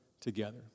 together